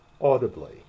audibly